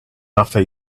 after